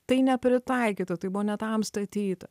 tai nepritaikyta tai buvo ne tam statyta